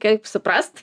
kaip suprast